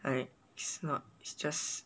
I snuck is just